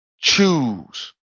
Choose